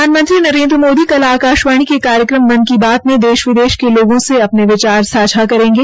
प्रधानमंत्री नरेन्द्र मोदी कल आकाशवाणी से कार्यक्रम मन की बात से देश विदेश के लोगों से अपने विचार सांझा करेंगे